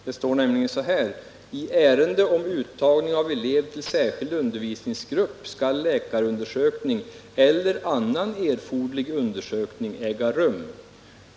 Där står det nämligen: ”I ärende av uttagning av elev till särskild undervisningsgrupp skall läkarundersökning eller annan erforderlig undersökning äga rum.